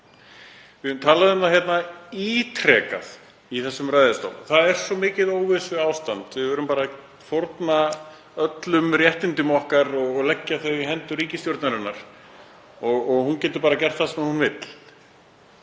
Við höfum talað um það ítrekað í þessum ræðustól: Það er svo mikið óvissuástand, við verðum bara að fórna öllum réttindum okkar og leggja þau í hendur ríkisstjórnarinnar og hún getur bara gert það sem hún vill.